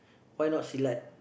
why not silat